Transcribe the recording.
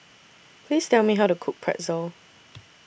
Please Tell Me How to Cook Pretzel